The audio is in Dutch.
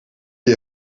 die